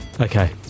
Okay